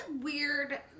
weird